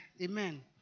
Amen